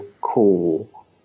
cool